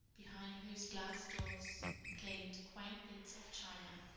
behind whose glass doors gleamed quaint bits of china.